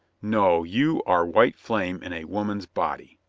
no, you are white flame in a woman's body.